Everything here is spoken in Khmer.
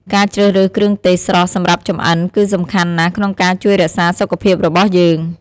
ការជ្រើសរើសគ្រឿងទេសស្រស់សម្រាប់ចម្អិន គឺសំខាន់ណាស់ក្នុងការរជួយរក្សាសុខភាពរបស់យើង។